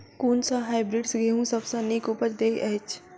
कुन सँ हायब्रिडस गेंहूँ सब सँ नीक उपज देय अछि?